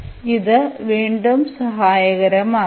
അതിനാൽ ഇത് വീണ്ടും സഹായകരമാകും